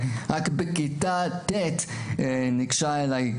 רק בכיתה ט' ניגשה אליי,